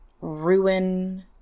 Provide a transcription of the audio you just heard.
ruin